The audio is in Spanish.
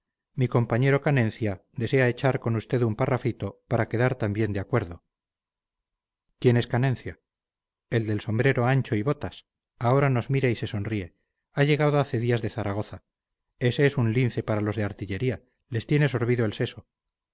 mi compañero canencia desea echar con usted un parrafito para quedar también de acuerdo quién es canencia el del sombrero ancho y botas ahora nos mira y se sonríe ha llegado hace días de zaragoza ese es un lince para los de artillería les tiene sorbido el seso